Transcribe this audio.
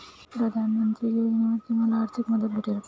प्रधानमंत्री योजनेमध्ये मला आर्थिक मदत भेटेल का?